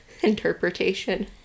interpretation